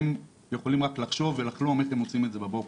הם יכולים רק לחשוב ולחלום איך הם עושים את זה בבוקר.